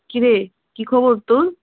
কি রে কি খবর তোর